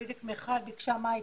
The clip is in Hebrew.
בדיוק מיכל ביקשה לדעת מה העדכון.